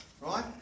right